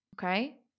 Okay